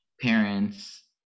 parents